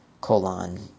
colon